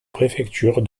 préfecture